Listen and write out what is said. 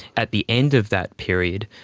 at the end of that period,